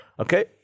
Okay